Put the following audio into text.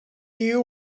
you